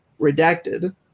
redacted